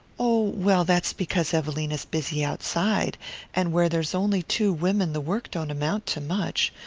oh, well, that's because evelina's busy outside and where there's only two women the work don't amount to much.